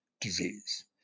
disease